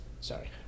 Sorry